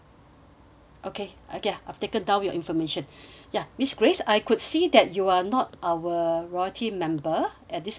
okay okay ya I have taken down your information ya miss grace I could see that you are not our royalty member at this moment ya